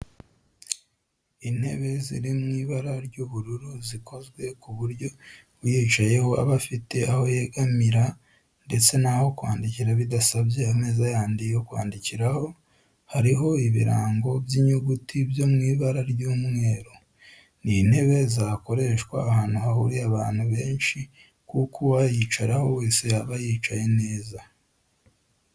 Intebe ziri mu ibara ry'ubururu zikozwe ku buryo uyicayeho aba afite aho yegamira ndetse n'aho kwandikira bidasabye ameza yandi yo kwandikiraho, hariho ibirango by'inyuguti byo mw'ibara ry'umweru. Ni intebe zakoreshwa ahantu hahuriye abantu benshi kuko uwayicaraho wese yaba yicaye neza